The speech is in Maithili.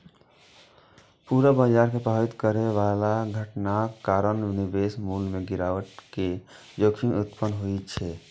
पूरा बाजार कें प्रभावित करै बला घटनाक कारण निवेश मूल्य मे गिरावट के जोखिम उत्पन्न होइ छै